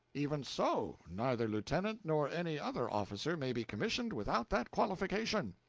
even so neither lieutenant nor any other officer may be commissioned without that qualification.